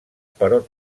però